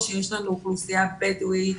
אנחנו מגלים שיש חוסר בתקנים לעובדים סוציאליים.